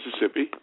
Mississippi